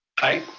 aye.